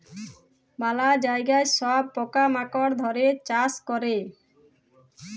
ম্যালা জায়গায় সব পকা মাকড় ধ্যরে চাষ ক্যরে